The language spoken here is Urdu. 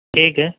ٹھیک ہے